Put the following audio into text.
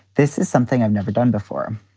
this is something i've never done before.